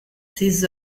ses